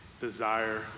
desire